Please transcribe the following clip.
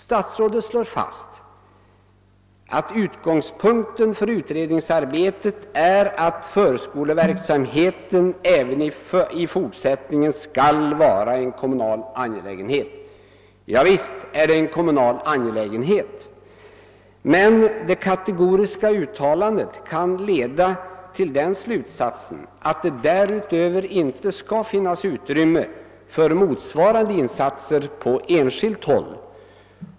Statsrådet slår fast att utgångspunkten för utredningsarbetet är att förskoleverksamheten även i fortsättningen skall vara en kommunal angelägenhet. Ja, visst är det en kommunal angelägenhet. Men det kategoriska uttalandet kan leda till den slutsatsen att det därutöver inte skall finnas utrymme för motsvarande insatser från enskilt håll.